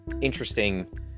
interesting